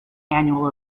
annual